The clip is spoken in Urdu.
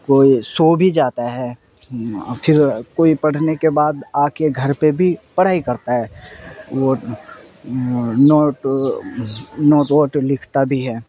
کوئی سو بھی جاتا ہے پھر کوئی پڑھنے کے بعد آ کے گھر پہ بھی پڑھائی کرتا ہے وہ نوٹ نوٹ ووٹ لکھتا بھی ہے